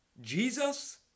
Jesus